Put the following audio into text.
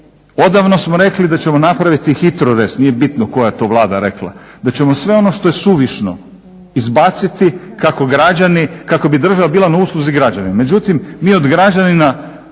Odavno smo rekli da ćemo napraviti HITROREZ, nije bitno koja je to Vlada rekla, da ćemo sve ono što je suvišno izbaciti kako građani, kako bi država bila na usluzi građanima.